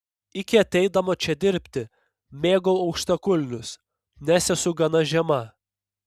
iki ateidama čia dirbti mėgau aukštakulnius nes esu gana žema